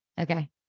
Okay